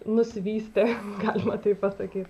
nusivystė galima taip pasakyt